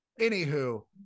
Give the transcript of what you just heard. anywho